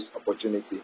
opportunity